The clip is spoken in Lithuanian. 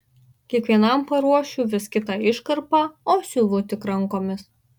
kiekvienam paruošiu vis kitą iškarpą o siuvu tik rankomis